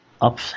up